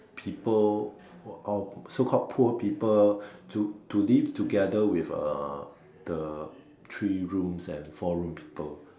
people of so called poor people to to live together with uh the three rooms and four room people